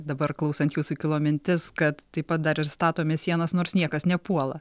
dabar klausant jūsų kilo mintis kad taip pat dar ir statome sienas nors niekas nepuola